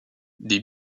des